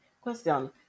Question